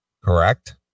Correct